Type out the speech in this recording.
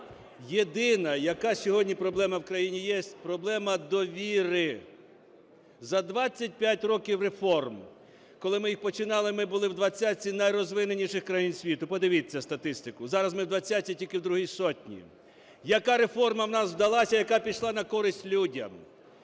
єдина, яка сьогодні проблема в країні є, - проблема довіри. За 25 років реформ, коли ми їх починали, ми були в двадцятці найрозвинутіших країн світу. Подивіться статистику. Зараз ми в двадцятці, тільки в другій сотні. Яка реформа у нас вдалася, яка пішла на користь людям?